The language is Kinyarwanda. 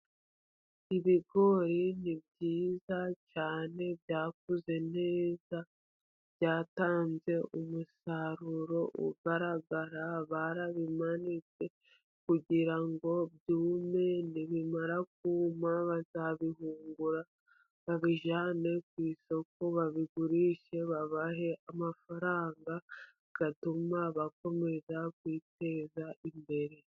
Ibigori ni byiza cyane, byakuze neza byatanze umusaruro ugaragara. Barabimanitse kugira ngo byume. Nibimara kuma bazabihungura babijyane ku isoko, babigurishe. Babahe amafaranga yatuma bakomeza kwiteza imbere.